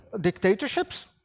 dictatorships